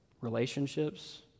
relationships